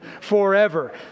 forever